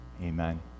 Amen